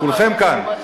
כולכם כאן,